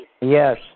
Yes